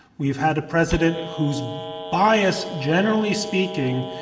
we've had a president whose bias, generally speaking,